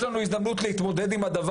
מישהו או מישהי בשדה התעופה צריך לתת להן דף